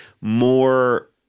more